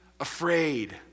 Afraid